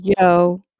Yo